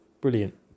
Brilliant